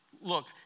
look